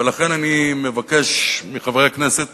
ולכן אני מבקש מחברי הכנסת